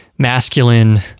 masculine